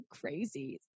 crazy